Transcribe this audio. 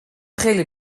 خیلی